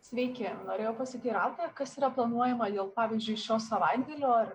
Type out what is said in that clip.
sveiki norėjau pasiteirauti kas yra planuojama dėl pavyzdžiui šio savaitgalio